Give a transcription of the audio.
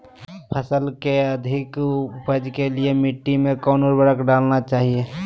फसल के अधिक उपज के लिए मिट्टी मे कौन उर्वरक डलना चाइए?